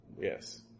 Yes